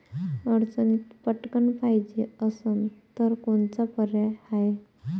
अडचणीत पटकण पायजे असन तर कोनचा पर्याय हाय?